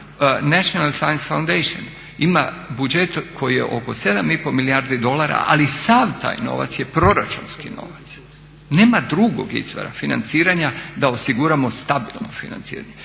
National science foundation ima budžet koji je oko 7,5 milijardi dolara, ali sav taj novac je proračunski novac. Nema drugog izvora financiranja da osiguramo stabilno financiranje.